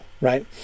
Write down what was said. right